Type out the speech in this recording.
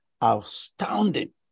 astounding